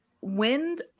wind